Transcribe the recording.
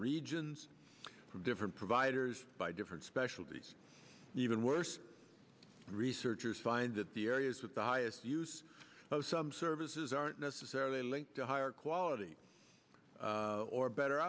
regions from different providers by different specialties and even worse researchers find that the areas with the highest use of some services aren't necessarily linked to higher quality or better